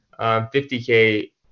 50k